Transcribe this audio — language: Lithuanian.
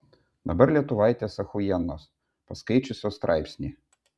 dabar lietuvaitės achuienos paskaičiusios straipsnį